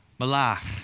malach